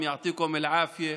תהיו בריאים.